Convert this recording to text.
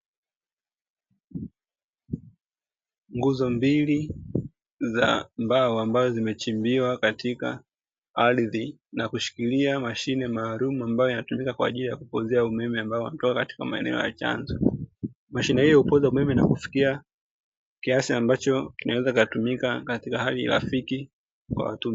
Nguzo mbili za mbao ambazo zimechimbiwa katika ardhi na kushikilia mashine maalumu, ambayo inatumika kwa ajili ya kupoozea umeme ambao unatoka katika maeneo ya chanzo. Mashine hiyo hupoza umeme na kufikia kiasi ambacho, kinaweza kikatumika katika hali rafiki kwa watumiaji.